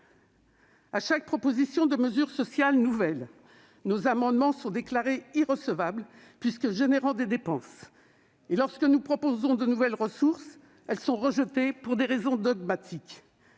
À chaque proposition de mesures sociales nouvelles, nos amendements sont déclarés irrecevables puisqu'ils entraînent des dépenses, et lorsque nous proposons de nouvelles ressources, celles-ci sont rejetées pour des raisons dogmatiques.